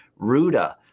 Ruda